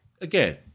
again